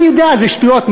אני יודע, זה שטויות.